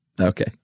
Okay